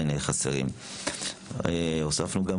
7. הוספנו גם,